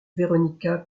veronica